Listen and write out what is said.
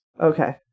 Okay